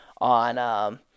on